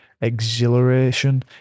exhilaration